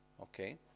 okay